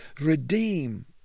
Redeem